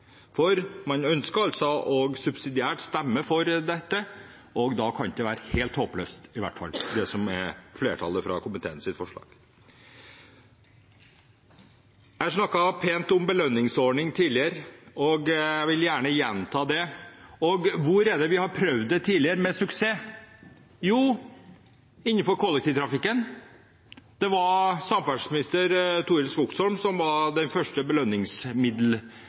komiteen. Man ønsker altså subsidiært å stemme for dette, og da kan det ikke være helt håpløst i hvert fall, det som er forslaget fra flertallet i komiteen. Jeg har snakket pent om belønningsordning tidligere, og jeg vil gjerne gjenta det. Hvor er det vi har prøvd det tidligere med suksess? Jo, innenfor kollektivtrafikken. Det var samferdselsminister Torild Skogsholm som var